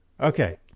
Okay